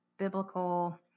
Biblical